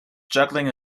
juggling